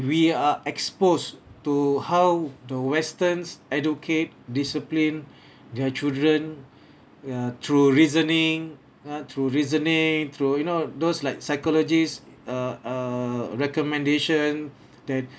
we are exposed to how the westerns educate discipline their children ya through reasoning ya through reasoning through you know those like psychologist uh err recommendation that